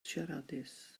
siaradus